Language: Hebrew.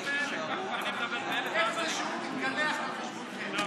איך זה שהוא מתגלח על חשבונכם?